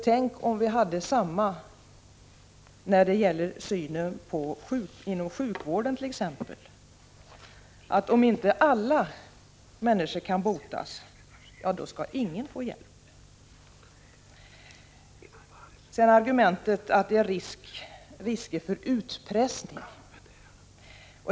Tänk, om vi hade samma syn på t.ex. sjukvården: om inte alla människor kan botas skall ingen få hjälp. Så kommer argumentet att det är risk för utpressning.